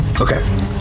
Okay